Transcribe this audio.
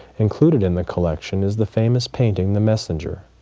included in the collection is the famous painting the messenger,